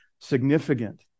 significant